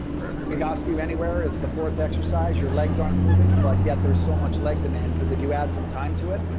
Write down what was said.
or everywhere? egoscue anywhere, it's the fourth exercise, your legs aren't moving, but yet there's so much leg demand. because if you add some time to it,